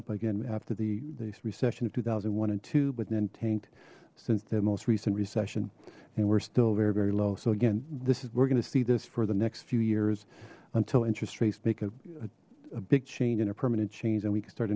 up again after the recession of two thousand and one and but then tanked since the most recent recession and we're still very very low so again this is we're gonna see this for the next few years until interest rates make a big change and a permanent change and we can start